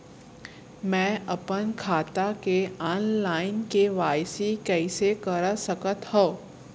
मैं अपन खाता के ऑनलाइन के.वाई.सी कइसे करा सकत हव?